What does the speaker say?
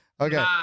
Okay